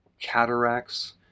cataracts